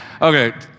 Okay